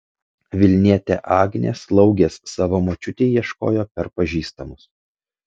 vilnietė agnė slaugės savo močiutei ieškojo per pažįstamus